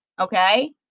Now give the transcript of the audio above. okay